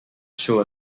show